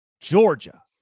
Georgia